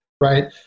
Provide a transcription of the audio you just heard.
right